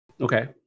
Okay